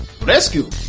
Rescue